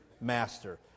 master